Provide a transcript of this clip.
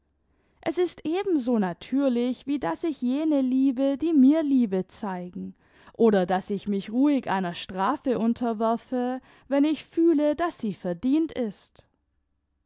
es ist ebenso natürlich wie daß ich jene liebe die mir liebe zeigen oder daß ich mich ruhig einer strafe unterwerfe wenn ich fühle daß sie verdient ist